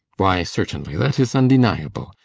why, certainly that is undeniable.